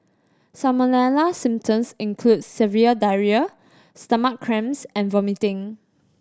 salmonella symptoms includes severe diarrhoea stomach cramps and vomiting